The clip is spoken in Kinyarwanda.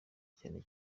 cyane